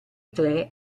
tre